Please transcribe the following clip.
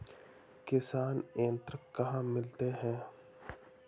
किसान यंत्र कहाँ मिलते हैं?